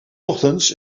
ochtends